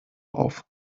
auf